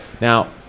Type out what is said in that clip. Now